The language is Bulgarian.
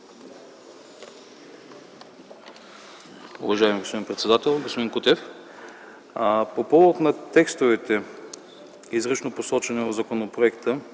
Уважаеми господин председател, господин Кутев! По повод текстовете, изрично посочени в законопроекта,